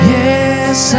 yes